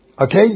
Okay